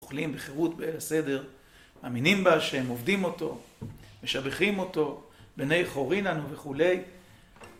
אוכלים בחירות בליל הסדר, מאמינים בה שהם עובדים אותו, משבחים אותו, בני חורי אנו וכולי